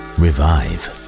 revive